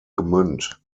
gmünd